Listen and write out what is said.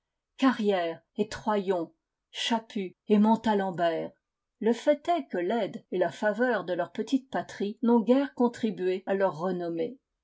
carrière et troyon chapu et montalembert le fait est que l'aide et la faveur de leur petite patrie n'ont guère contribué à leur renommée